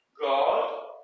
God